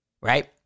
Right